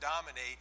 dominate